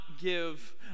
give